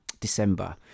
December